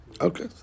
Okay